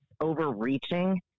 overreaching